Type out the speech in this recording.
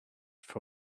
for